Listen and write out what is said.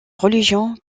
religions